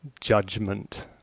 judgment